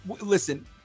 listen